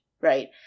right